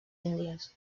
índies